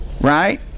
right